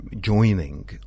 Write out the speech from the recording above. joining